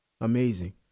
Amazing